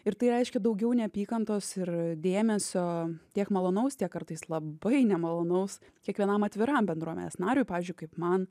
ir tai reiškia daugiau neapykantos ir dėmesio tiek malonaus tiek kartais labai nemalonaus kiekvienam atviram bendruomenės nariui pavyzdžiui kaip man